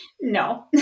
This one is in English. No